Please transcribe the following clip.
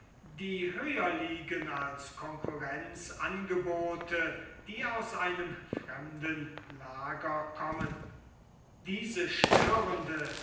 die höher liegen als konkurrenzanbote die aus einem fremden lager kommen diese störende